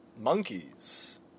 monkeys